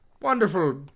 wonderful